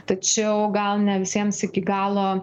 tačiau gal ne visiems iki galo